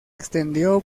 extendió